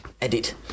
edit